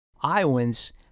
Iowans